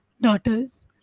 daughters